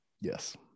Yes